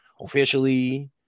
officially